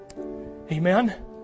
Amen